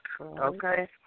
Okay